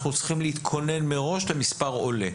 אנחנו צריכים להתכונן מראש למספר עולה.